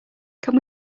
can